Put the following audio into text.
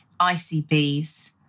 ICBs